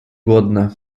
głodna